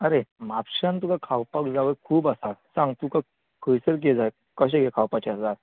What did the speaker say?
अरे म्हापशान तुका खावपाक जागो खूब आसा सांग तुका खंयसर किदें जाय कशें कितें खावपाचे आसा